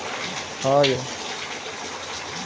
greenhouse के भीतर ऊर्जा आ तापमान मे वृद्धि होइ छै